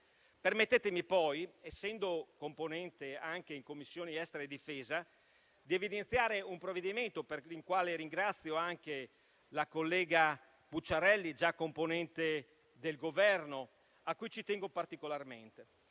Permettetemi poi, essendo componente della Commissione esteri e difesa, di evidenziare un provvedimento per il quale ringrazio la collega Pucciarelli, già componente del Governo, a cui ci tengo particolarmente: